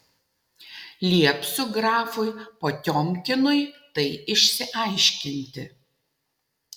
liepsiu grafui potiomkinui tai išsiaiškinti